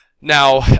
Now